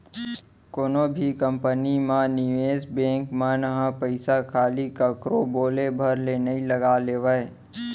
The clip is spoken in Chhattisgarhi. कोनो भी कंपनी म निवेस बेंक मन ह पइसा खाली कखरो बोले भर ले नइ लगा लेवय